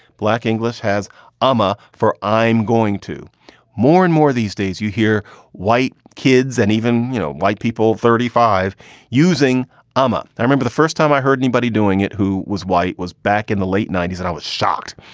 black english has ama for i'm going to more and more these days. you hear white kids and even, you know, white people thirty five using ama. i remember the first time i heard anybody doing it who was white was back in the late ninety s and i was shocked.